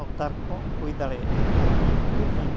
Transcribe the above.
ᱦᱚᱠᱫᱟᱨ ᱠᱚ ᱦᱩᱭ ᱫᱟᱲᱮᱭᱟᱜᱼᱟ ᱟᱨ ᱩᱱᱠᱩᱜᱮ